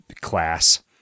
class